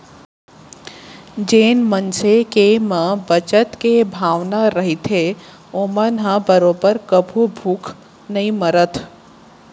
जेन मनसे के म बचत के भावना रहिथे ओमन ह बरोबर कभू भूख नइ मरय